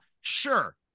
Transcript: Sure